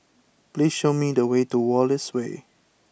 please show me the way to Wallace Way